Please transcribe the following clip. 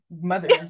mothers